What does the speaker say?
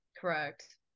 correct